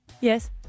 Yes